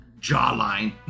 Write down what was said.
jawline